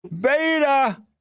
beta